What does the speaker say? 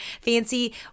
fancy